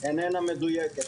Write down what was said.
איננה מדוייקת.